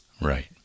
Right